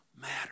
matter